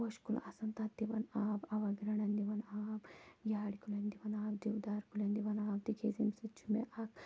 پوشہِ کُل آسان تَتھ دِوان آب اَوَر گریڈَن دِوان آب یارِ کُلٮ۪ن دِوان آب دیودار کُلٮ۪ن دِوان آب تِکیٛازِ ییٚمہِ سۭتۍ چھُ مےٚ اَکھ